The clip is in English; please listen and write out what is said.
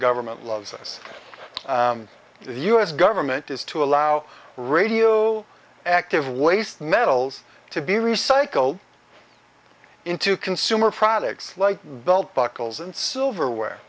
government loves us the us government is to allow radio active waste metals to be recycled into consumer products like belt buckles and silverware